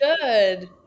Good